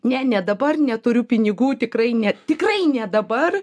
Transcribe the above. ne ne dabar neturiu pinigų tikrai ne tikrai ne dabar